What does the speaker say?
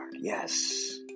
Yes